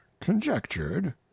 conjectured